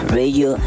radio